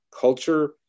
culture